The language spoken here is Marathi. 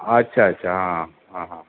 अच्छा अच्छा हां हां हां